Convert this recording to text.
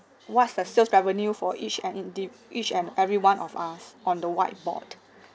what's the sales revenue for each and indi~ each and everyone of us on the whiteboard